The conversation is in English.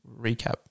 recap